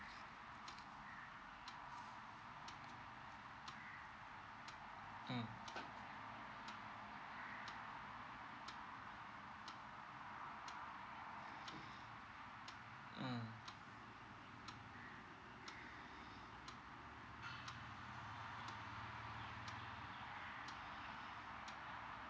mm mm